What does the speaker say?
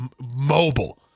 mobile